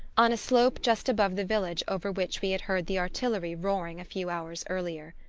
on a slope just above the village over which we had heard the artillery roaring a few hours earlier.